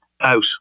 Out